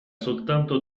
soltanto